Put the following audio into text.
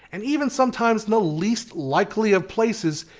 and even sometimes in the least likely of places,